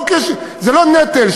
זה לא נטל,